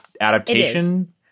adaptation